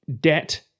Debt